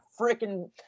freaking